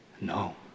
no